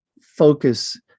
focus